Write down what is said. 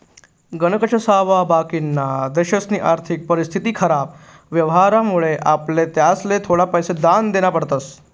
गणकच सावा बाकिना देशसनी आर्थिक परिस्थिती खराब व्हवामुळे आपले त्यासले थोडा पैसा दान देना पडतस